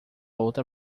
outra